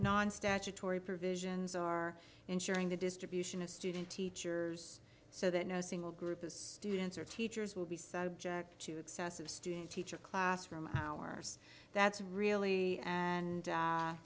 non statutory provisions are ensuring the distribution of student teachers so that no single group of students or teachers will be subject to excessive student teacher classroom hours that's really and